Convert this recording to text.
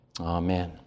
Amen